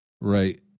right